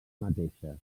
mateixes